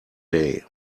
day